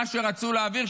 מה שרצו להעביר,